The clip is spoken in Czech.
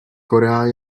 korea